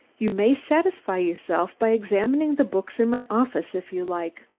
you may satisfy yourself by examining the books in my office if you like.